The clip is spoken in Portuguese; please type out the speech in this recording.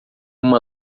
uma